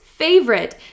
favorite